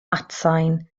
atsain